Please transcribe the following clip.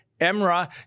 Emra